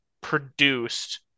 produced